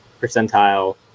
percentile